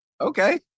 Okay